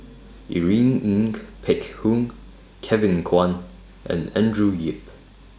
Irene Ng Phek Hoong Kevin Kwan and Andrew Yip